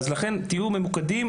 לכן תהיו ממוקדים,